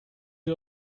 sie